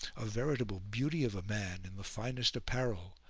a veritable beauty of a man in the finest apparel,